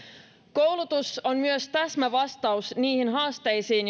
koulutus on myös täsmävastaus niihin haasteisiin